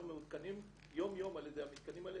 מעודכנים יום-יום על ידי המתקנים האלה,